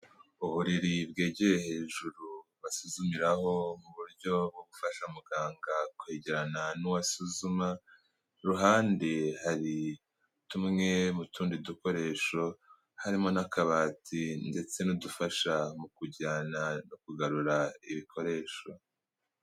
Uburiri bwegereye hejuru basuzumiraho mu buryo bwo gufasha muganga kwegerana n'uwo asuzuma, ku ruhande hari tumwe mu tundi dukoresho harimo nk'akabati ndetse n'udufasha mu kujyana no kugarura ibikoresho.